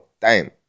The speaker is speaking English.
time